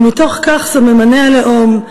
ומתוך כך סממני הלאום,